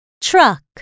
Truck